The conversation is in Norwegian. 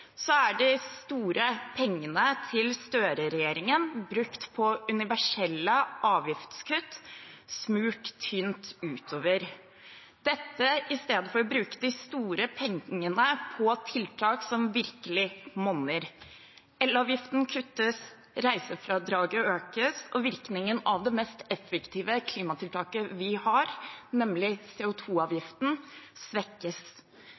er de store pengene til Støre-regjeringen brukt på universelle avgiftskutt, smurt tynt utover – dette i stedet for å bruke de store pengene på tiltak som virkelig monner. Elavgiften kuttes, reisefradraget økes, og virkningen av det mest effektive klimatiltaket vi har, nemlig CO 2 -avgiften, svekkes.